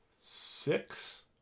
six